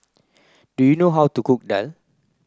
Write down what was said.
do you know how to cook Daal